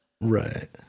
right